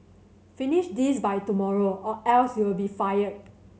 finish this by tomorrow or else you'll be fired